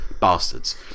Bastards